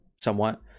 somewhat